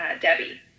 Debbie